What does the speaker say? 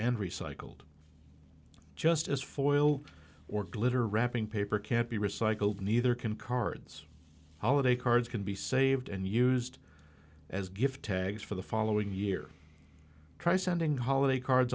and recycled just as for oil or glitter wrapping paper can't be recycled neither can cards holiday cards can be saved and used as gift tags for the following year try sending holiday cards